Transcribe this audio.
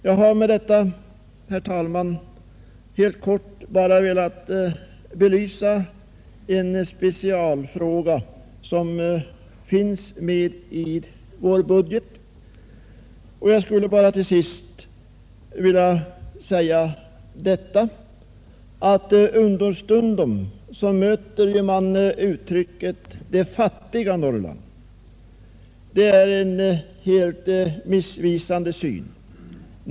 Jag har med vad jag här anfört, herr talman, helt kort velat belysa en specialfråga som gäller vår budget. Jag skulle till sist bara vilja säga att vi understundom möter uttrycket ”det fattiga Norrland”. Det är helt missvisande.